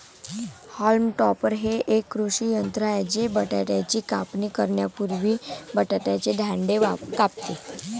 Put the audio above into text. haulm topper हे एक कृषी यंत्र आहे जे बटाट्याची कापणी करण्यापूर्वी बटाट्याचे दांडे कापते